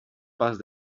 pas